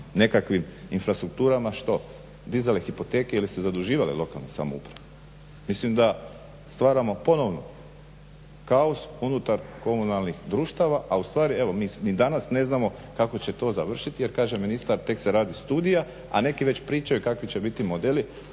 nekakvim infrastrukturama, što, dizale hipoteke ili se zaduživale lokalne samouprave. Mislim da stvaramo ponovo kaos unutar komunalnih društava, a ustvari mi ni danas ne znamo kako će to završiti jer kaže ministar tek se radi studija, a neki već pričaju kakvi će biti modeli.